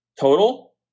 Total